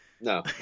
No